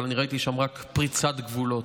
אבל אני ראיתי שם רק פריצת גבולות.